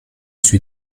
sui